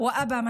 בעזרת האל,